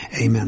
Amen